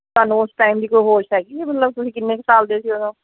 ਤੁਹਾਨੂੰ ਉਸ ਟਾਈਮ ਦੀ ਕੋਈ ਹੋਸ਼ ਹੈਗੀ ਵੀ ਮਤਲਬ ਤੁਸੀਂ ਕਿੰਨੇ ਕੁ ਸਾਲ ਦੇ ਸੀ ਉਦੋਂ